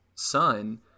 son